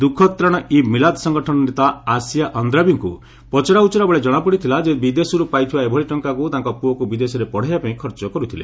ଦୁ ଃଖତ୍ରାଣ ଇ ମିଲାତ୍ ସଙ୍ଗଠନର ନେତା ଆସିୟା ଅନ୍ଦ୍ରାବିଙ୍କୁ ପଚରା ଉଚରାବେଳେ ଜଣାପଡ଼ିଥିଲା ଯେ ସେ ବିଦେଶରୁ ପାଇଥିବା ଏଭଳି ଟଙ୍କାକୁ ତାଙ୍କ ପୁଅକୁ ବିଦେଶରେ ପଡ଼ାଇବାପାଇଁ ଖର୍ଚ୍ଚ କରୁଥିଲେ